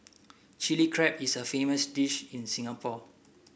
Chilli Crab is a famous dish in Singapore